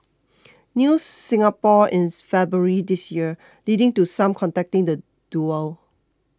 News Singapore in February this year leading to some contacting the duo